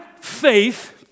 faith